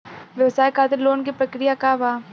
व्यवसाय खातीर लोन के प्रक्रिया का बा?